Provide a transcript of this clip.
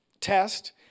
test